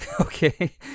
okay